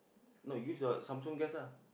no use your Samsung guest lah